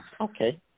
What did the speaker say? okay